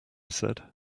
said